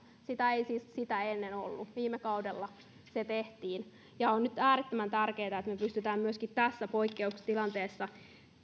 sitä ei siis sitä ennen ollut viime kaudella se tehtiin on nyt äärettömän tärkeätä että pystymme myöskin tässä poikkeustilanteessa